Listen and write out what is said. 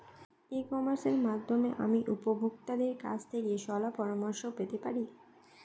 ই কমার্সের মাধ্যমে আমি উপভোগতাদের কাছ থেকে শলাপরামর্শ পেতে পারি?